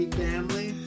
family